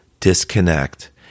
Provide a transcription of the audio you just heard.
disconnect